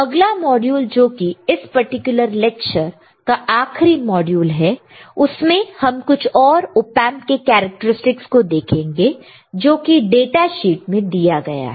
अगला मॉड्यूल जो कि इस पर्टिकुलर लेक्चर का आखरी मॉड्यूल है उसमें हम कुछ और ऑपएंप के कैरेक्टरस्टिक्स को देखेंगे जो कि डाटा शीट में दिया गया है